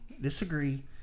disagree